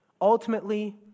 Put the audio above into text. Ultimately